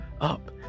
up